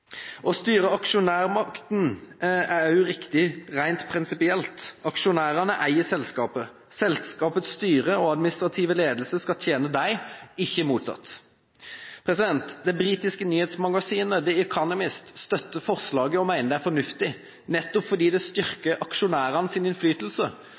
Å styrke aksjonærmakten er også riktig rent prinsipielt. Aksjonærene eier selskapet. Selskapets styre og administrative ledelse skal tjene dem, ikke motsatt. Det britiske nyhetsmagasinet The Economist støtter forslaget og mener det er fornuftig, nettopp fordi det